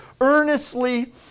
earnestly